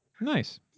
Nice